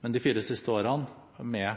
men de fire siste årene, med